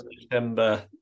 September